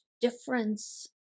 difference